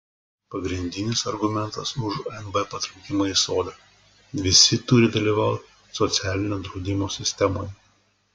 pagrindinis argumentas už mb patraukimą į sodrą visi turi dalyvauti socialinio draudimo sistemoje